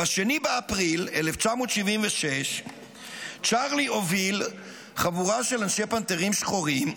ב-2 באפריל 1976 צ'ארלי הוביל חבורה של אנשי פנתרים שחורים,